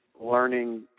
learning